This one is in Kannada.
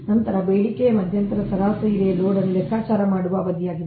ನಂತರ ಬೇಡಿಕೆಯ ಮಧ್ಯಂತರವು ಸರಾಸರಿ ಲೋಡ್ ಅನ್ನು ಲೆಕ್ಕಾಚಾರ ಮಾಡುವ ಅವಧಿಯಾಗಿದೆ